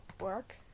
work